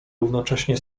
równocześnie